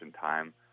time